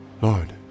Lord